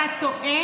אתה טועה.